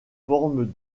forme